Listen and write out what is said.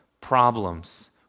problems